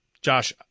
Josh